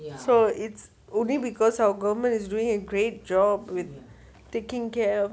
so it's only because our government is doing a great job with taking care of